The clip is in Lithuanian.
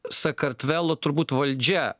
sakartvelo turbūt valdžia